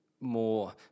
more –